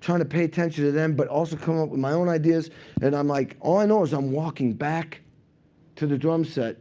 trying to pay attention to them, but also come up with my own ideas and i'm like, all i know is i'm walking back to the drum set